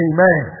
Amen